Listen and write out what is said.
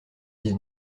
dix